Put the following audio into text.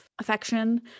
affection